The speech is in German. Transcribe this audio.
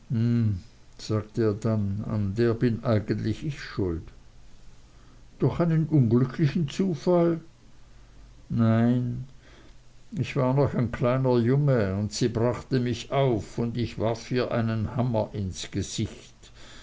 sagte er dann an der bin eigentlich ich schuld durch einen unglücklichen zufall nein ich war noch ein kleiner junge und sie brachte mich auf und ich warf ihr einen hammer ins gesicht